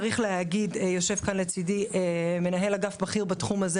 צריך להגיד יושב כאן לצדי מנהל אגף בכיר בתחום הזה